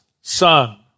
son